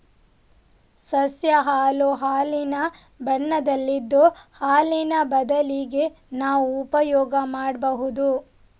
ಸಸ್ಯ ಹಾಲು ಹಾಲಿನ ಬಣ್ಣದಲ್ಲಿದ್ದು ಹಾಲಿನ ಬದಲಿಗೆ ನಾವು ಉಪಯೋಗ ಮಾಡ್ಬಹುದು